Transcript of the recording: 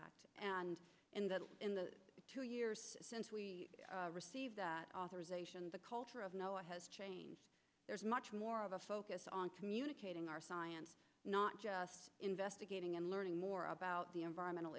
people and in the two years since we received that authorization the culture of noah has changed there's much more of a focus on communicating our science not just investigating and learning more about the environmental